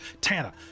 Tana